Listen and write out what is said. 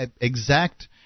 exact